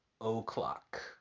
o'clock